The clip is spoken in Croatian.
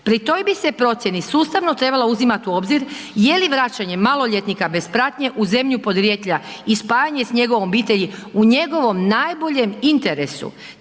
Pri toj bi se procjeni sustavno trebalo uzimati u obzir je li vraćanje maloljetnika bez pratnje u zemlju podrijetla i spajanje s njegovom obitelji u njegovom najboljem interesu